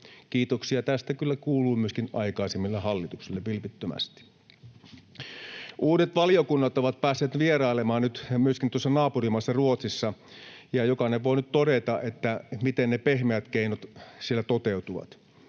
Kiitoksia tästä kyllä kuuluu myöskin aikaisemmille hallituksille, vilpittömästi. Uudet valiokunnat ovat päässeet vierailemaan nyt myöskin tuolla naapurimaassa, Ruotsissa, ja jokainen voi nyt todeta, miten ne pehmeät keinot siellä toteutuvat.